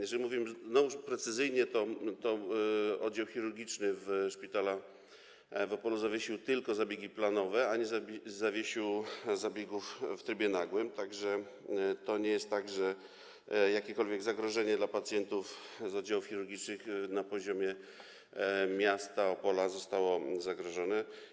Jeżeli już mówimy precyzyjnie, to oddział chirurgiczny szpitala w Opolu zawiesił tylko zabiegi planowe, a nie zawiesił zabiegów w trybie nagłym, tak że to nie jest tak, że jest jakiekolwiek zagrożenie dla pacjentów z oddziałów chirurgicznych na poziomie miasta Opola, że coś zostało zagrożone.